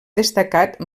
destacat